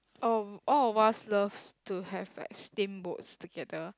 um all of us loves to have like steamboats together